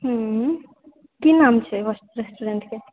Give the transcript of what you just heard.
की नाम छै रेस्टूरेंटके